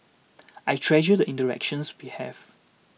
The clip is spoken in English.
I treasure the interactions we have